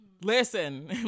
listen